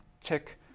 check